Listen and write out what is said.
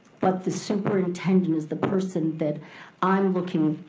but the superintendent is the person that i'm looking